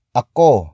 ako